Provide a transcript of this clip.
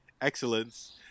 Excellence